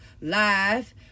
live